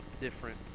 different